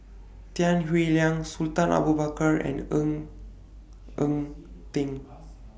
Tan Howe Liang Sultan Abu Bakar and Ng Eng Teng